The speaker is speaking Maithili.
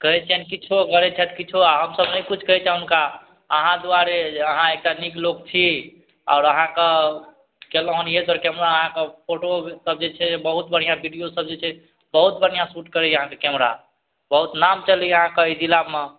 कहै छिअनि किछु करै छथि किछु आओर हमसभ नहि कहै छिअनि हुनका अहाँ दुआरे अहाँ एकटा नीक लोक छी आओर अहाँकेँ कएलहुँ हँ इएह तऽ कैमरा अहाँकेँ फोटोसब जे छै बहुत बढ़िआँ वीडिओसब जे छै बहुत बढ़िआँ शूट करैए अहाँके कैमरा बहुत नाम चलैए अहाँके एहि जिलामे